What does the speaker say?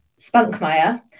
Spunkmeyer